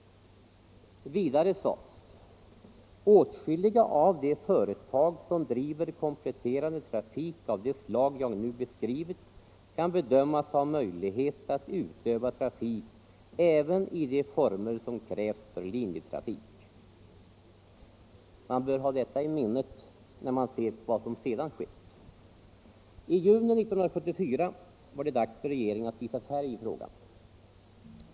Vidare sades: ”Åtskilliga av de företag som driver kompletterande trafik av de slag jag nu beskrivit kan bedömas ha möjlighet att utöva trafik även i de former som krävs för linjetrafik.” Man bör ha detta i minnet när man ser på vad som sedan skett. I juni 1974 var det dags för regeringen att visa färg i frågan.